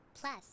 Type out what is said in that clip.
Plus